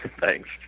Thanks